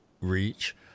reach